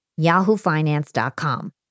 yahoofinance.com